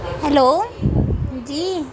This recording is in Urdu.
ہیلو جی